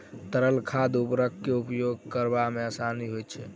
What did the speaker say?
तरल खाद उर्वरक के उपयोग करबा मे आसानी होइत छै